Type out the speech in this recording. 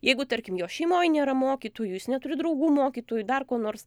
jeigu tarkim jo šeimoj nėra mokytojų jis neturi draugų mokytojų dar ko nors